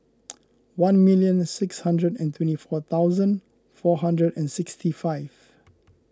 one million six hundred and twenty four thousand four hundred and sixty five